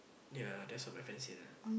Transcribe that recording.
ya that's all my friends say lah